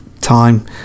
time